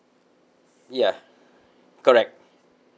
ya correct